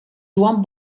joan